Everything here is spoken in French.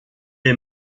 est